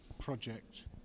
project